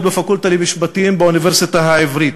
בפקולטה למשפטים באוניברסיטה העברית.